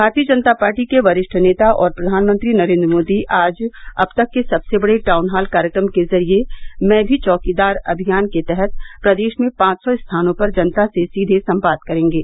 भारतीय जनता पार्टी के वरिष्ठ नेता और प्रधानमंत्री नरेन्द्र मोदी आज अब तक के सबसे बड़े टाउनहॉल कार्यक्रम के जरिये मैं भी चौकीदार अभियान के तहत प्रदेश में पाँच सौ स्थानों पर जनता से सीघे संवाद करेंगे